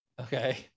Okay